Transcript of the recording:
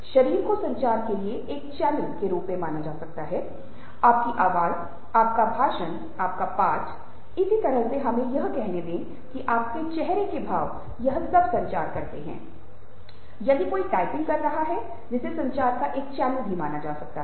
शरीर को संचार के लिए एक चैनल के रूप में माना जा सकता है आपकी आवाज़ आपका भाषण आपका पाठ इसी तरह से हमें यह कहने दें कि आपके चेहरे के भाव यह सब संचार करता है यदि कोई टाइपिंग कर रहा है जिसे संचार का एक चैनल माना जा सकता है